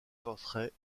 portraits